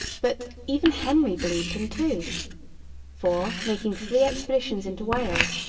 but, even henry believed him too for, making three expeditions into wales,